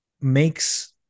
makes